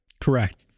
Correct